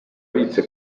abitse